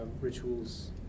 rituals